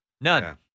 none